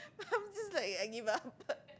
I'm just like I give up